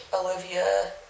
Olivia